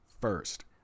first